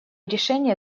решения